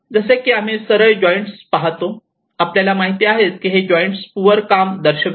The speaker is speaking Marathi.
जसे की आम्ही सरळ जॉइंट्स पाहतो आपल्याला माहित आहे की हे जॉइंट्स पुअर काम दर्शविते